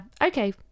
okay